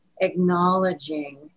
acknowledging